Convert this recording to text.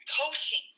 coaching